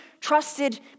trusted